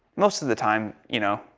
most of the time, you know,